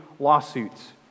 Lawsuits